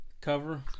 cover